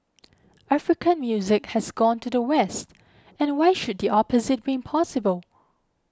African music has gone to the West and why should the opposite be impossible